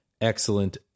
excellent